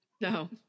No